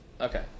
okay